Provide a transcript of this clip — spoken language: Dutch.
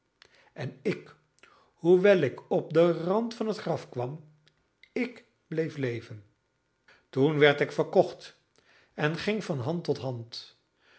en ik hoewel ik op den rand van het graf kwam ik bleef leven toen werd ik verkocht en ging van hand tot hand